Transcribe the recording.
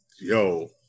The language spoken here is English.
Yo